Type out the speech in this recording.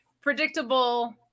predictable